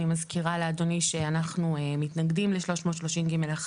אני מזכירה לאדוני שאנחנו מתנגדים ל-330ג1